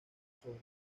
sobre